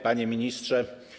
Panie Ministrze!